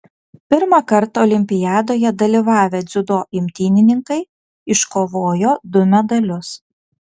pirmąkart olimpiadoje dalyvavę dziudo imtynininkai iškovojo du medalius